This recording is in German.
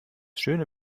schöne